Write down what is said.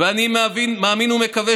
"ואני מאמין ומקווה,